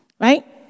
right